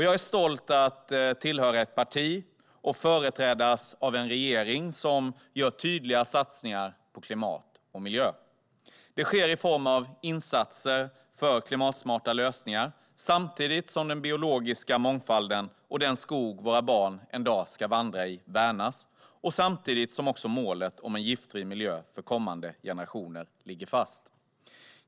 Jag är stolt över att tillhöra ett parti och företrädas av en regering som gör tydliga satsningar på klimat och miljö. Det sker i form av insatser för klimatsmarta lösningar samtidigt som den biologiska mångfalden och den skog våra barn en dag ska vandra i värnas. Samtidigt ligger också målet om en giftfri miljö för kommande generationer fast.